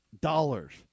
dollars